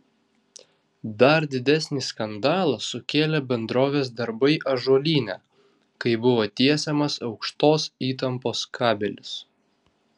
dar didesnį skandalą sukėlė bendrovės darbai ąžuolyne kai buvo tiesiamas aukštos įtampos kabelis